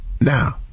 Now